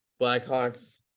Blackhawks